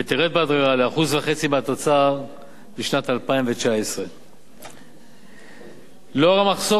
ותרד בהדרגה ל-1.5% מהתוצר בשנת 2019. לאור המחסור